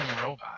robot